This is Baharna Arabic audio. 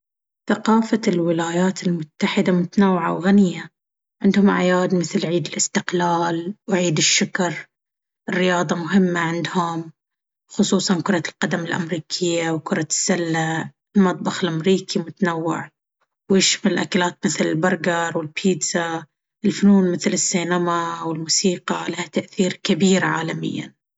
ثقافة الولايات المتحدة متنوعة وغنية. عندهم أعياد مثل عيد الاستقلال وعيد الشكر. الرياضة مهمة عندهم، خصوصاً كرة القدم الأمريكية وكرة السلة. المطبخ الأمريكي متنوع ويشمل أكلات مثل البرغر والبيتزا. الفنون مثل السينما والموسيقى لها تأثير كبير عالميًا.